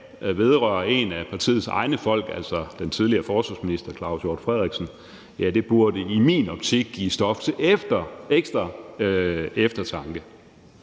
vedrører en af partiets egne folk, altså den tidligere forsvarsminister Claus Hjort Frederiksen, burde i min optik give ekstra stof til eftertanke.